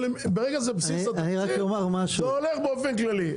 ברגע שזה בבסיס התקציב זה הולך באופן כללי.